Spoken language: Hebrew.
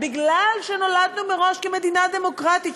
מכיוון שנולדנו מראש כמדינה דמוקרטית,